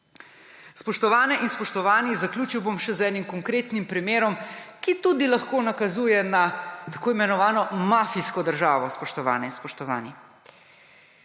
Spoštovane in spoštovani, zaključil bom še z enim konkretnim primerom, ki tudi lahko nakazuje na tako imenovano mafijsko državo, spoštovane in spoštovani.